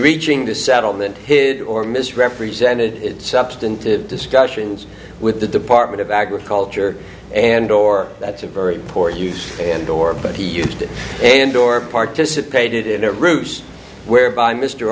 reaching the settlement his or misrepresented substantive discussions with the department of agriculture and or that's a very poor use and or but he used it and or participated in a ruse whereby mr